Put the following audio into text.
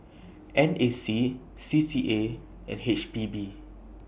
N A C C C A and H P B